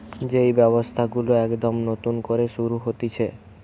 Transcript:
যেই ব্যবসা গুলো একদম নতুন শুরু হতিছে